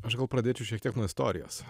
aš gal pradėčiau šiek tiek nuo istorijos